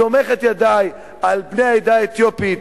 סומך את ידי על בני העדה האתיופית,